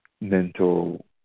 mental